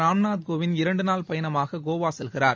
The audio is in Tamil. ராம்நாத் கோவிந்த் இரண்டு நாள் பயணமாக கோவா செல்கிறார்